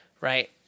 right